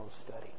study